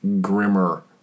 grimmer